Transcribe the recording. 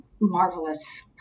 marvelous